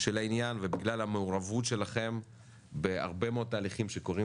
של העניין ובגלל המעורבות שלכם בהרבה מאוד תהליכים שקורים